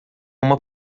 uma